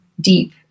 deep